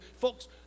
Folks